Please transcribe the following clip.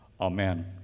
amen